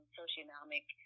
socioeconomic